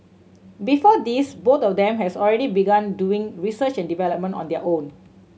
before this both of them has already begun doing research and development on their own